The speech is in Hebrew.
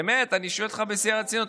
באמת, אני שואל אותך בשיא הרצינות.